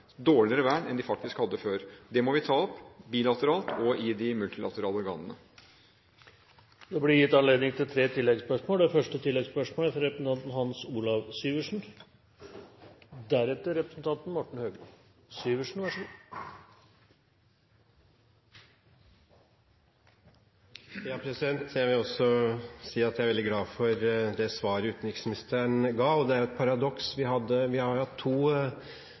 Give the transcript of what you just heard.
dårligere vern enn de faktisk hadde før. Det må vi ta opp bilateralt og i de multilaterale organene. Det blir gitt anledning til tre oppfølgingsspørsmål – først Hans Olav Syversen. Jeg vil også si at jeg er veldig glad for det svaret utenriksministeren ga. Det er et paradoks: Vi har hatt to–tre store fakkeltog i denne byen de siste par ukene. Noe har